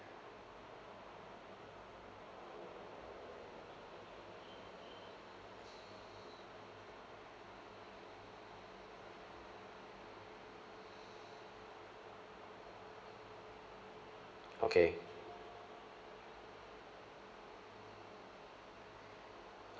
okay